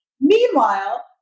Meanwhile